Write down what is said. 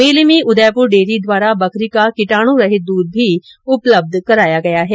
मेले में उदयपुर डेयरी द्वारा बकरी का किटाणुरहित दूध भी उपलब्ध कराया गया है